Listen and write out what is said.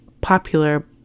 popular